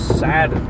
sad